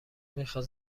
میخواد